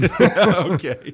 Okay